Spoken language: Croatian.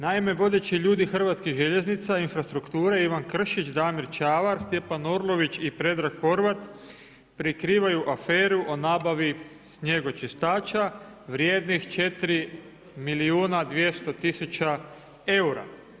Naime, vodeći ljudi Hrvatskih željeznica i infrastrukture Ivan Kršić, Damir Ćavar, Stjepan Orlović i Predrag Horvat prikrivaju aferu o nabavi snijegočistača vrijednih 4 milijuna 200 tisuća eura.